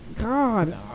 God